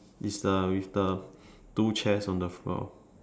is the with the two chairs on the floor